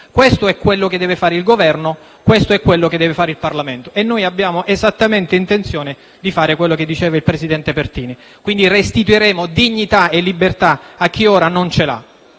Questo è quello che deve fare il Governo, questo è quello che deve fare il Parlamento» e noi abbiamo esattamente intenzione di fare quanto diceva il presidente Pertini. Quindi restituiremo dignità e libertà a chi ora non ce l'ha.